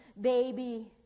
baby